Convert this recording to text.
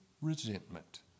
resentment